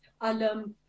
Alam